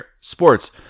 Sports